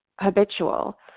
habitual